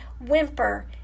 whimper